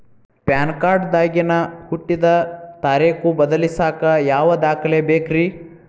PAN card ದಾಗಿನ ಹುಟ್ಟಿದ ತಾರೇಖು ಬದಲಿಸಾಕ್ ಯಾವ ದಾಖಲೆ ಬೇಕ್ರಿ?